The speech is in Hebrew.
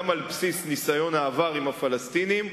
גם על בסיס ניסיון העבר עם הפלסטינים,